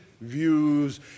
views